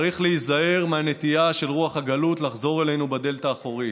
צריך להיזהר מהנטייה של רוח הגלות לחזור אלינו בדלת האחורית.